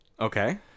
Okay